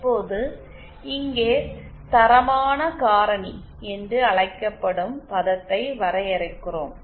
இப்போது இங்கே தரமான காரணி என்று அழைக்கப்படும் பதத்தை வரையறுக்கிறோம்